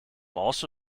also